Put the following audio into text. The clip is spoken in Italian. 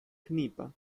cnipa